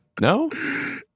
No